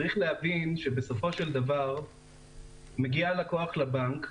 צריך להבין שבסופו של דבר מגיע לקוח לבנק,